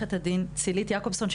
לעורכת הדין צילית יעקבסון,